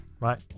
right